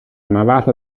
navata